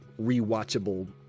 rewatchable